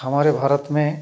हमारे भारत में